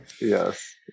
Yes